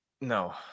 no